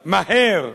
מהר,